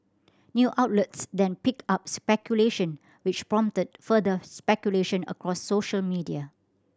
new outlets then picked up speculation which prompted further speculation across social media